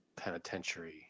penitentiary